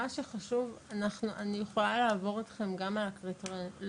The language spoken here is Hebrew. מה שחשוב אני יכולה לעבור איתכם גם על הקריטריונים.